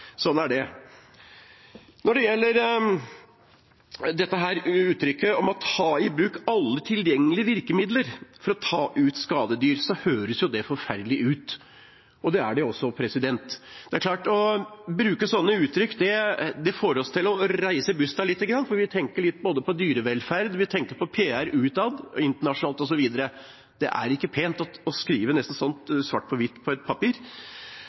sånn er det. Når det gjelder uttrykket om å «ta i bruk alle tilgjengelige virkemidler» for å ta ut skadedyr, høres det forferdelig ut – og det er det også. Når en bruker sånne uttrykk, får det oss til å reise bust litt, for vi tenker litt både på dyrevelferd og på PR utad, internasjonalt, osv. Det er ikke pent å skrive sånt svart på hvitt på et papir.